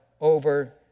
over